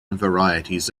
varieties